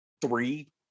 three